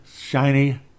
shiny